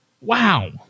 Wow